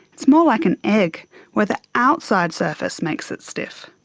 it's more like an egg where the outside surface makes it stiff.